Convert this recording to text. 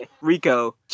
Rico